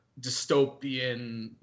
dystopian